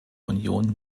union